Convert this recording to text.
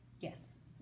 Yes